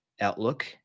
Outlook